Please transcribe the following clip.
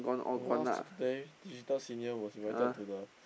the last Saturday digital senior was invited to the